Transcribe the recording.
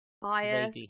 fire